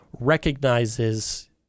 recognizes